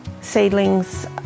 Seedlings